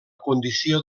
condició